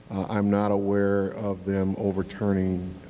i'm not aware of them overturning